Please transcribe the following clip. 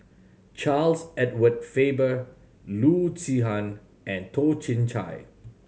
Charles Edward Faber Loo Zihan and Toh Chin Chye